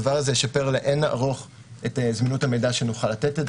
הדבר הזה ישפר לאין-ערוך את זמינות המידע שנוכל לתת.